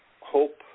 Hope